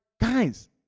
guys